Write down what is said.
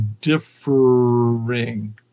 differing